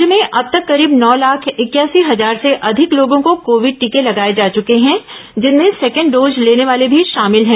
राज्य में अब तक करीब नौ लाख इकयासी हजार से अधिक लोगों को कोविड टीके लगाए जा चुके हैं जिनमें सेकेंड डोज लेने वाले भी शामिल हैं